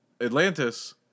Atlantis